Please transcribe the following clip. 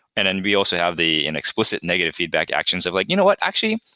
and then we also have the inexplicit negative feedback actions of like, you know what? actually,